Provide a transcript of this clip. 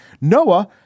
Noah